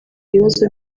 ibibazo